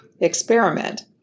experiment